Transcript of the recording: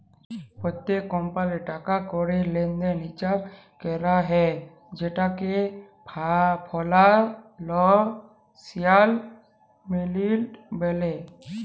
প্যত্তেক কমপালির টাকা কড়ির লেলদেলের হিচাব ক্যরা হ্যয় যেটকে ফিলালসিয়াল মডেলিং ব্যলে